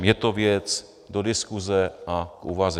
Je to věc do diskuse a k úvaze.